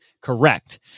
Correct